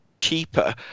cheaper